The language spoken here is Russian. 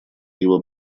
его